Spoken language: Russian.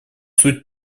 суть